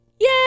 Yay